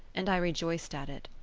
and i rejoiced at it.